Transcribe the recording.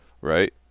Right